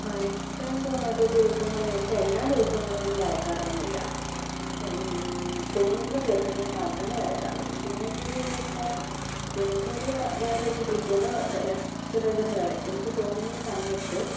വരയ്ക്കാൻ തോന്നാത്ത ദിവസങ്ങളെന്ന് വെച്ചാൽ എല്ലാ ദിവസങ്ങളും ഒന്നും വരയ്ക്കാറൊന്നുമില്ല തോന്നുന്ന ദിവസങ്ങളിൽ മാത്രമേ വരയ്ക്കാറുള്ളൂ ദിനചര്യയെന്ന് വെച്ചാൽ ദിനചര്യ വേറെ രീതിയിൽ പോകുന്നു ചിത്രരചന വേറെ എനിക്ക് തോന്നുന്ന സമയത്ത്